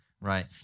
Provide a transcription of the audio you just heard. right